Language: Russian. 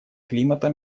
климата